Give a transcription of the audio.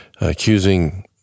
accusing